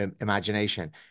imagination